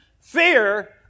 Fear